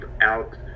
out